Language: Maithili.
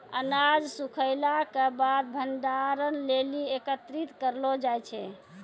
अनाज सूखैला क बाद भंडारण लेलि एकत्रित करलो जाय छै?